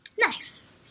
Nice